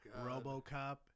robocop